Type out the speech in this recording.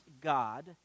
God